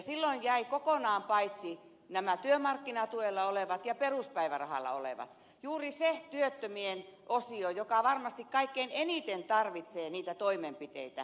silloin jäivät kokonaan paitsi nämä työmarkkinatuella olevat ja peruspäivärahalla olevat juuri se työttömien osio joka varmasti kaikkein eniten tarvitsee niitä toimenpiteitä